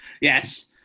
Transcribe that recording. Yes